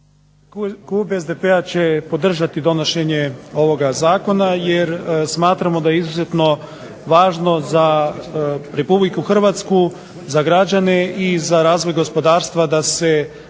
Klub SDP-a će podržati donošenje ovoga zakona, jer smatramo da je izuzetno važno za Republiku Hrvatsku, za građane i za razvoj gospodarstva da se